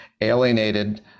alienated